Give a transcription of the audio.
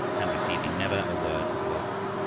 and receiving never a word of welcome.